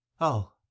Oh